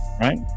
right